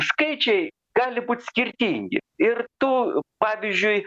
skaičiai gali būt skirtingi ir tų pavyzdžiui